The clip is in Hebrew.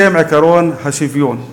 בשם עקרון השוויון.